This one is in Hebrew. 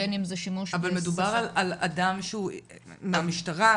אבל מדובר על אדם שהוא מהמשטרה?